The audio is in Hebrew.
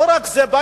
לא רק זה,